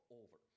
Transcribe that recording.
over